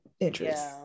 interest